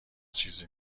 چیزی